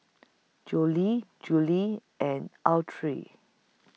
Jolie Julie and Autry